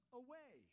away